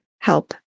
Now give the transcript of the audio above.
help